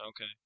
Okay